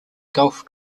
golf